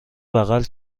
بغل